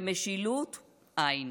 ומשילות אין.